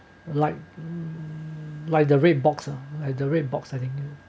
like like the red box ah like the red box I think